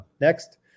next